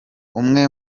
umwe